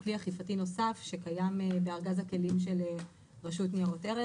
הוא כלי אכיפתי נוסף שקיים בארגז הכלים של רשות ניירות ערך.